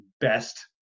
best